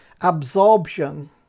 absorption